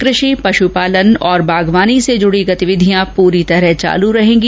कृषि पश्पालन और बागवानी से जुड़ी गतिविधियां पूरी तरह चालू रहेगी